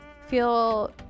feel